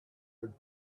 would